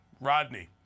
Rodney